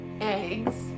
eggs